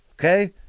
Okay